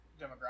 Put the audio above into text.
demographic